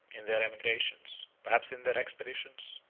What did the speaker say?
in their emigrations, perhaps in their expeditions,